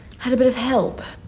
had a bit of help